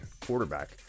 quarterback